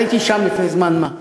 הייתי שם לפני זמן מה.